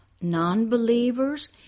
Non-believers